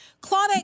Claudette